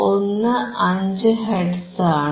15 hertz ആണ്